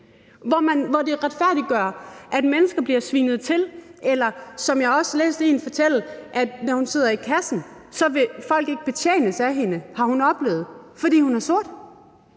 Og det retfærdiggør, at mennesker bliver svinet til eller det, som jeg også læste en fortælle om: Når hun sidder i kassen, vil folk ikke betjenes af hende, har hun oplevet, fordi hun er sort.